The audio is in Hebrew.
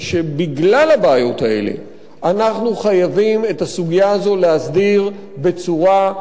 אנחנו חייבים את הסוגיה הזאת להסדיר בצורה מאוזנת וכוללת.